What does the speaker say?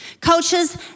Cultures